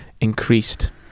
increased